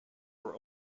were